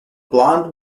blond